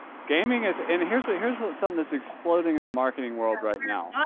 gaming is, and here's what, here's what some that's exploding in the marketing world right now.